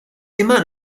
immer